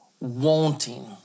wanting